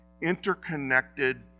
interconnected